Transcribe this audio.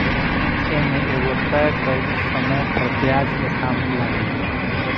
ए में एगो तय कइल समय पर ब्याज के दाम लागेला